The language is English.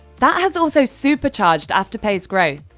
that has also supercharged afterpay's growth.